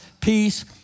peace